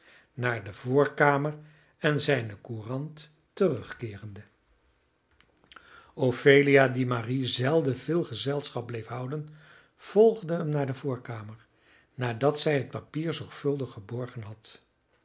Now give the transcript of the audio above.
naar de voorkamer en zijne courant terugkeerende ophelia die marie zelden veel gezelschap bleef houden volgde hem naar de voorkamer nadat zij het papier zorgvuldig geborgen had